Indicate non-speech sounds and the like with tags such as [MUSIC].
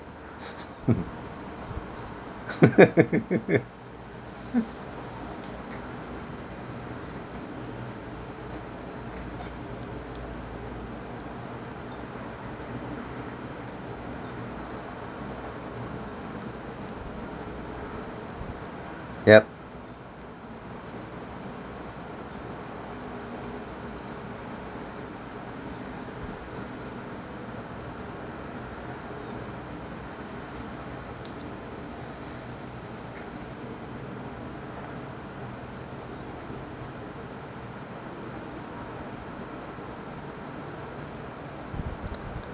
[LAUGHS] [LAUGHS] yup